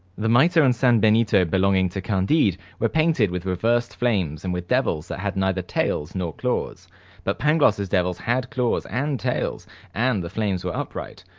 the mitre and san-benito belonging to candide were painted with reversed flames and with devils that had neither tails nor claws but pangloss's devils had claws and tails and the flames were upright.